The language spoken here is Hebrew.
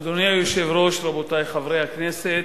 אדוני היושב-ראש, רבותי חברי הכנסת,